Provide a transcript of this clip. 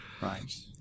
Right